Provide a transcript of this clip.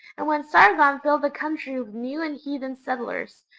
and when sargon filled the country with new and heathen settlers,